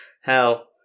Hell